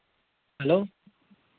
hello